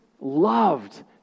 loved